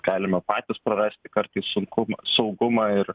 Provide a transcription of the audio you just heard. galime patys prarasti kartais sunkumą saugumą ir